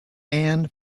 and